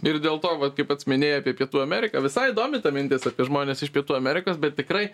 ir dėl to va kaip pats minėjai apie pietų ameriką visai įdomi ta mintis apie žmones iš pietų amerikos be tikrai